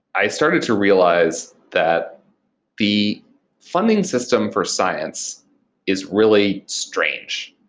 i started to realize that the funding system for science is really strange.